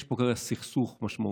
יש פה כנראה סכסוך משמעותי,